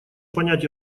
понять